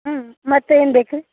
ಹ್ಞೂ ಮತ್ತೇನು ಬೇಕು ರೀ